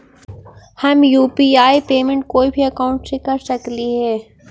हम UPI payment कोई भी अकाउंट से कर सकली हे?